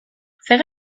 zer